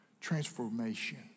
Transformation